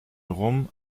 rum